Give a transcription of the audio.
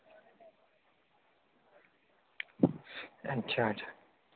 अच्छा अच्छा